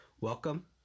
welcome